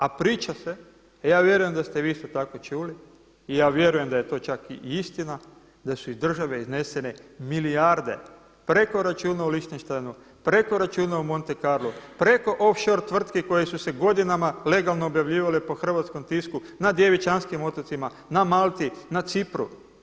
A priča se, a ja vjerujem da ste vi isto tako čuli i ja vjerujem da je to čak i istina da su iz države iznesene milijarde, preko računa u Liechtensteinu, preko računa u Monte Carlu, preko off-short tvrtki koje su se godinama legalno objavljivale po hrvatskom tisku, na djevičanskim otocima, na Malti, na Cipru.